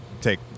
take